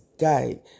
guy